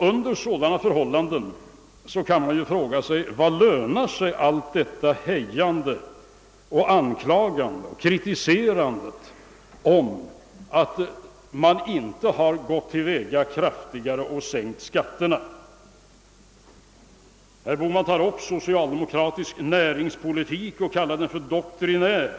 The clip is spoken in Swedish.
Under sådana förhållanden kan man ju fråga sig: Vartill tjänar allt detta anklagande och kritiserande för att vi inte har företagit skattesänkningar? Herr Bohman tog upp den socialdemokratiska näringspolitiken och kallade den doktrinär.